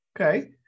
Okay